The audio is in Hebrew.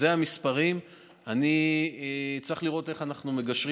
אלה המספרים ואני צריך לראות איך אנחנו מגשרים